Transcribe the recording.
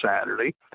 Saturday